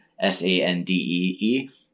S-A-N-D-E-E